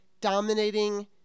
dominating